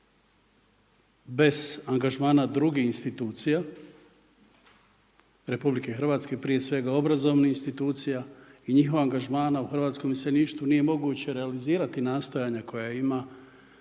Bez angažmana drugih institucija RH prije svega obrazovnih institucija i njihovog angažmana u hrvatskom iseljeništvu nije moguće realizirati nastojanja koja ima